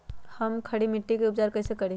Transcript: हम खड़ी मिट्टी के उपचार कईसे करी?